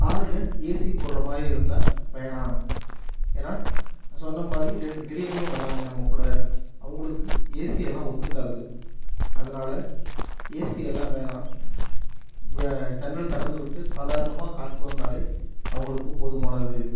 காரில் ஏசி போடுகிற மாதிரி இருந்தால் வேணாம் ஏன்னா நான் சொன்ன மாதிரி ரெண்டு பெரியவங்களும் வராங்க நம்மகூட அவங்களுக்கு ஏசிலாம் ஒற்றுக்காது அதனால் ஏசிலாம் வேணாம் வே ஜன்னல் திறந்துவிட்டு சாதாரணமா காற்று வந்தால் அவங்களுக்கு போதுமானது